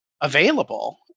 available